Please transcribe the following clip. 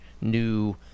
new